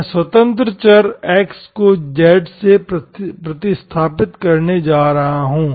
मैं स्वतंत्र चर x को z से प्रतिस्थापित करने जा रहा हूँ